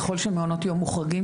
ככל שמעונות היום מוחרגים,